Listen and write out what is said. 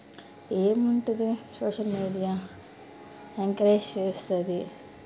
ఏముంటుంది social media encourage చేస్తుంది